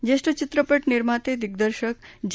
ज्येष्ठ चित्रपट निर्माते दिग्दर्शक जे